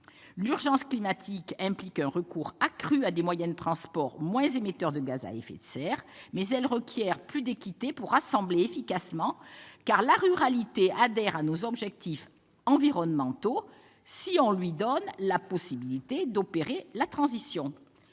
L'urgence climatique implique un recours accru à des moyens de transport moins émetteurs de gaz à effet de serre, mais elle requiert plus d'équité pour rassembler efficacement, car la ruralité adhère à nos objectifs environnementaux si on lui donne la possibilité d'opérer la transition.